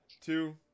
two